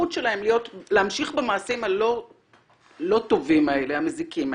שלהם להמשיך במעשים הלא טובים האלה, המזיקים האלה,